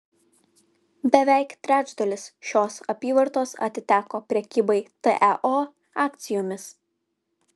beveik trečdalis šios apyvartos atiteko prekybai teo akcijomis